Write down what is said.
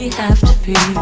have to pee. i